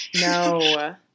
No